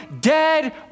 dead